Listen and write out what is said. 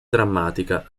drammatica